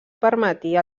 permetia